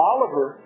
Oliver